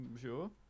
Sure